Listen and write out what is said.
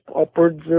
upwards